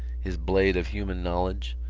his blade of human knowledge,